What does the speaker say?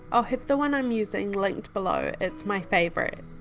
i'll have the one i'm using linked below, it's my favourite.